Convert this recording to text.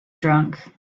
drunk